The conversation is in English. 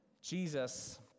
Jesus